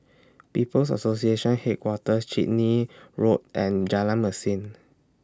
People's Association Headquarters Chitty Road and Jalan Mesin